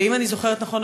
ואם אני זוכרת נכון,